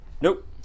Nope